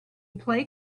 play